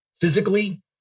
physically